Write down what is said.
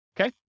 Okay